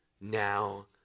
now